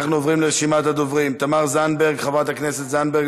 אנחנו עוברים לרשימת הדוברים: חברת הכנסת תמר זנדברג,